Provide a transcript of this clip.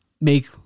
make